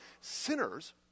sinners